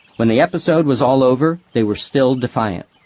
when the episode was all over, they were still defiant.